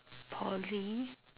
Poly